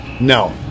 No